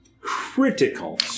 critical